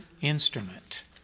instrument